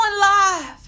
live